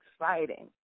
exciting